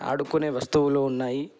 ఆడుకునే వస్తువులు ఉన్నాయి